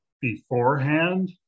beforehand